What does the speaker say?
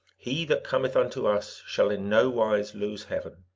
he that cometh unto us shall in no wise lose heaven.